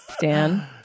Dan